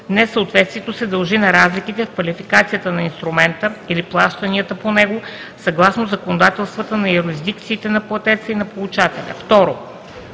несъответствието се дължи на разликите в квалификацията на инструмента или плащанията по него съгласно законодателствата на юрисдикциите на платеца и на получателя;